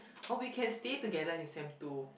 oh we can stay together in sem two